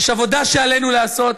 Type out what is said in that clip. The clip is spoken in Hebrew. יש עבודה שעלינו לעשות.